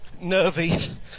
nervy